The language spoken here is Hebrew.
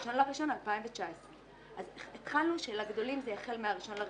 ב-1 בינואר 2019. התחלנו בכך שלגדולים זה יתחיל ב-1 בינואר